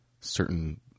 certain